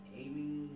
aiming